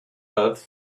earth